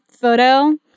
photo